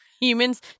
Humans